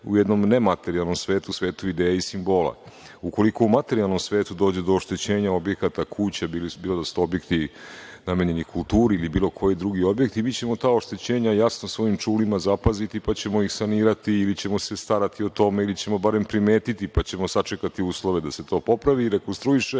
u jednom nematerijalnom svetu, svetu ideja i simbola. Ukoliko u materijalnom svetu dođe do oštećenja objekata, kuća, bilo da su to objekti namenjeni kulturi ili bilo koji drugi objekti, mi ćemo ta oštećenja jasno svojim čulima zapaziti, pa ćemo ih sanirati ili ćemo se starati o tome, ili ćemo barem primetiti, pa ćemo sačekati uslove da se to popravi i rekonstruiše.